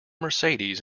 mercedes